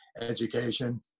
education